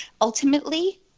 ultimately